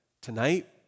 tonight